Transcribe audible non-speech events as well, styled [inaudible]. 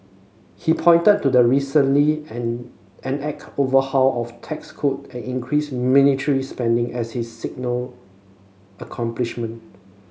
he pointed to the recently [unintelligible] enacted overhaul of tax code and increased military spending as his signal accomplishment